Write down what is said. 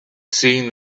seen